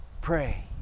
pray